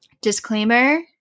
Disclaimer